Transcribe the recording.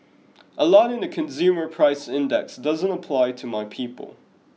a lot in the consumer price index doesn't apply to my people